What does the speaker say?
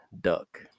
duck